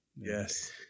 Yes